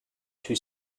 two